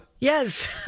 Yes